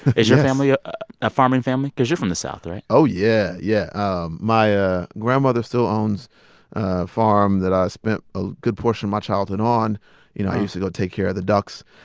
is your family ah a farming family? because you're from the south, right? oh, yeah, yeah. um my ah grandmother still owns a farm that i spent a good portion of my childhood on. you know, i used to go take care of the ducks